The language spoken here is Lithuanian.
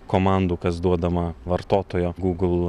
komandų kas duodama vartotojo google